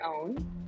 own